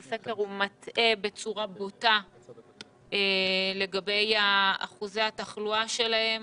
הסקר מטעה בצורה בוטה לגבי אחוזי התחלואה שלהם